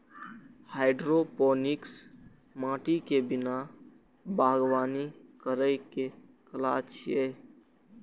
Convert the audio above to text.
hydroponics माटि के बिना बागवानी करै के कला छियै